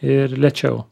ir lėčiau